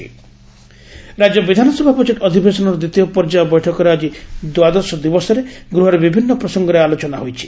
ବିଧାନସଭା ରାଜ୍ୟ ବିଧାନସଭା ବଜେଟ ଅଧିବେଶନର ଦିତୀୟ ପର୍ଯ୍ୟାୟ ବୈଠକର ଆକି ଦ୍ୱାଦଶ ଦିବସରେ ଗୃହରେ ବିଭିନ୍ନ ପ୍ରସଙ୍ଗରେ ଆଲୋଚନା ହୋଇଛି